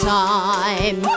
time